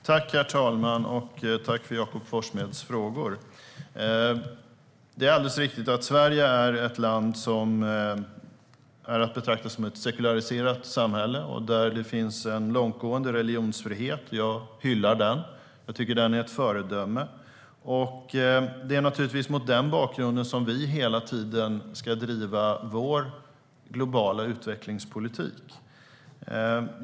Herr talman! Jag tackar Jakob Forssmed för frågorna. Det är riktigt att Sverige är ett sekulariserat samhälle där det finns en långtgående religionsfrihet. Jag hyllar den och tycker att den är ett föredöme. Det är mot denna bakgrund vi ska driva vår globala utvecklingspolitik.